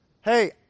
Hey